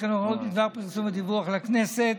וכן הוראות בדבר פרסום ודיווח לכנסת